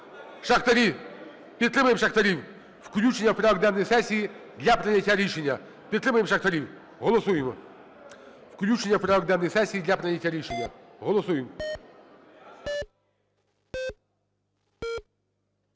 Шахтарі. Підтримаємо шахтарів. Включення у порядок денний сесії для прийняття рішення. Підтримаємо шахтарів. Голосуємо. Включення у порядок денний сесії для прийняття рішення. Голосуємо!